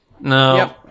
No